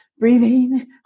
Breathing